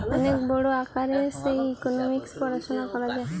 অনেক বড় আকারে যে ইকোনোমিক্স পড়াশুনা করা হয়